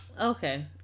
Okay